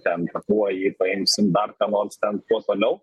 ten pakruojį paimsim dar ką nors ten kuo toliau